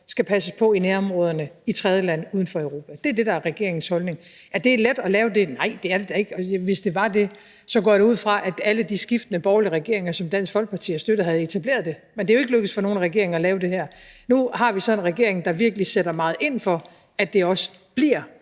skal passes på i nærområderne; i tredjeland uden for Europa. Det er det, der er regeringens holdning. Er det let, at lave det? Nej, det er det da ikke, altså, hvis det var det, går jeg da ud fra, at alle de skiftende borgerlige regeringer, som Dansk Folkeparti har støttet, havde etableret det. Men det er jo ikke lykkedes for nogen regering at lave det her. Nu har vi så en regering, der virkelig sætter meget ind for, at det også bliver